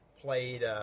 played